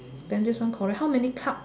then this one correct how many cup